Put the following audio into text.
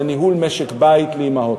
זה ניהול משק בית לאימהות,